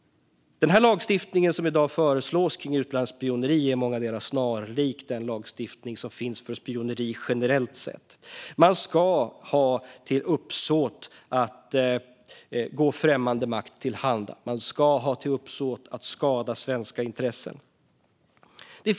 Den lagstiftning som i dag föreslås kring utlandsspioneri är i många delar snarlik den lagstiftning som finns för spioneri generellt sett. Man ska ha till uppsåt att gå främmande makt till handa. Man ska ha till uppsåt att skada svenska intressen.